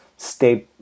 stay